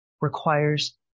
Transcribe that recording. requires